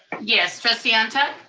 yes, trustee and